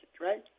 right